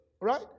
right